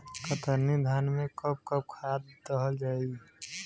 कतरनी धान में कब कब खाद दहल जाई?